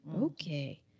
okay